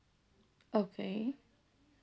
okay